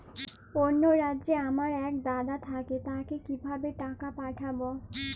অন্য রাজ্যে আমার এক দাদা থাকে তাকে কিভাবে টাকা পাঠাবো?